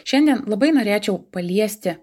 šiandien labai norėčiau paliesti